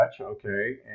okay